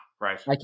right